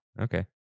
Okay